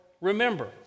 remember